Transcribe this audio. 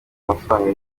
amafaranga